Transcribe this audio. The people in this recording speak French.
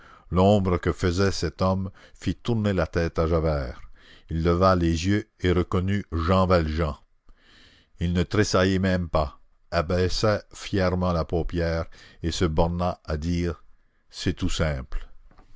l'ombre que faisait cet homme fit tourner la tête à javert il leva les yeux et reconnut jean valjean il ne tressaillit même pas abaissa fièrement la paupière et se borna à dire c'est tout simple